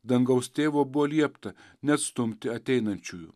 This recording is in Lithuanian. dangaus tėvo buvo liepta neatstumti ateinančiųjų